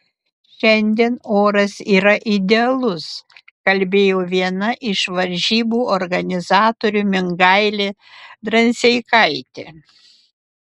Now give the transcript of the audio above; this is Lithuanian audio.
šiandien oras yra idealus kalbėjo viena iš varžybų organizatorių mingailė dranseikaitė